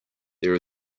there